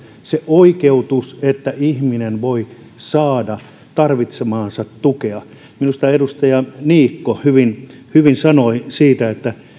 oikeutus että ihminen voi saada tarvitsemaansa tukea minusta edustaja niikko hyvin hyvin sanoi että